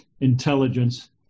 intelligence